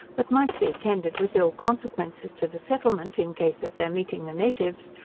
but might be attended with ill consequences to the settlement, in case of their meeting the natives,